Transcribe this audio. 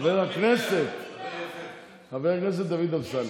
חבר הכנסת דוד אמסלם.